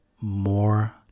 more